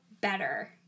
better